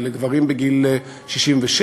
לגברים בגיל 67: